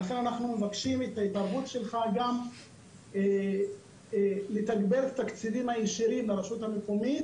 אנחנו מבקשים את ההתערבות שלך גם בתגבור תקציבים ישירים מהרשות המקומית,